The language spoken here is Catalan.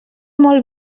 molt